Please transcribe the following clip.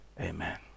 Amen